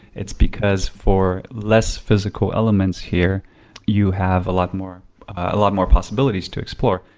it's because for less physical elements here you have a lot more ah lot more possibilities to explore.